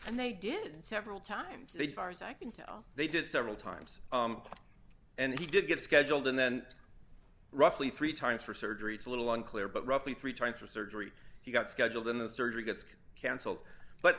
and they did several times they far as i can tell they did several times and he did get scheduled and then roughly three times for surgery it's a little unclear but roughly three times for surgery he got scheduled in the surgery gets canceled but